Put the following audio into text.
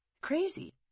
Crazy